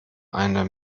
eine